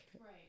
Right